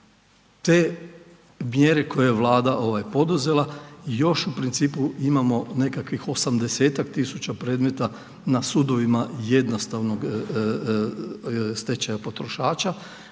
te mjere koje je Vlada poduzela još u principu imamo nekakvih 80-ak tisuća predmeta na sudovima jednostavnog stečaja potrošača